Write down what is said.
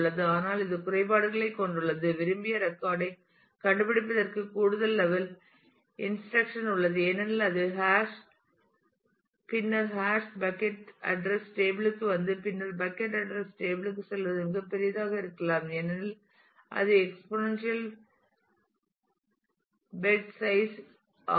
ஆனால் இது குறைபாடுகளைக் கொண்டுள்ளது விரும்பிய ரெக்கார்ட் ஐ கண்டுபிடிப்பதற்கு கூடுதல் லெவல் இன்டைரக்ஷன் உள்ளது ஏனெனில் அது ஹாஷ் பின்னர் ஹாஷ் பக்கட் அட்ரஸ் டேபிள் க்கு வந்து பின்னர் பக்கட் அட்ரஸ் டேபிள் க்கு செல்வது மிகப் பெரியதாக இருக்கலாம் ஏனெனில் அது எக்பொனெண்டியல் பெட் சைஸ் ஆகும்